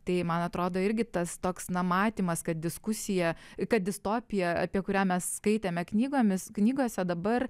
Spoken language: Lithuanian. tai man atrodo irgi tas toks na matymas kad diskusija kad distopija apie kurią mes skaitėme knygomis knygose dabar